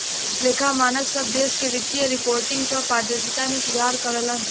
लेखा मानक सब देश में वित्तीय रिपोर्टिंग क पारदर्शिता में सुधार करलन